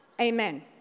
Amen